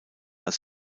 als